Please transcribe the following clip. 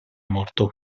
morto